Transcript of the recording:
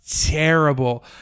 Terrible